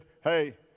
hey